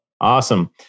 Awesome